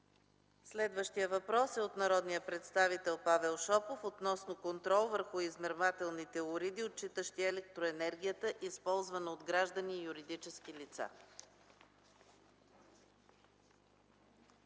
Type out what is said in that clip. Следващият въпрос е от народния представител Павел Шопов относно контрол върху измервателните уреди, отчитащи електроенергията, използвана от граждани и юридически лица.